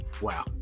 Wow